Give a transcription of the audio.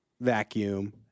vacuum